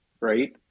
right